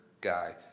guy